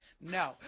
No